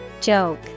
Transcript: Joke